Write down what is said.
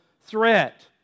threat